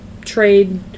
trade